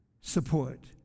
support